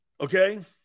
Okay